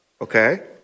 okay